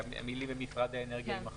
והמילים "במשרד האנרגיה" יימחקו.